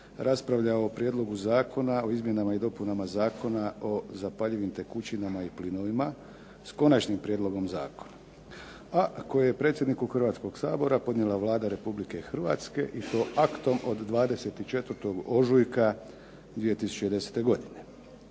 raspravljao o Prijedlogu zakona o izmjenama dopunama Zakona o zapaljivim tekućinama i plinovima s Konačnim prijedlogom zakona, a koje je predsjedniku Hrvatskog sabora podnijela Vlada Republike Hrvatske i to aktom od 24. ožujka 2010. godine.